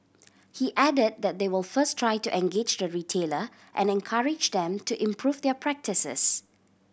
he added that they will first try to engage the retailer and encourage them to improve their practices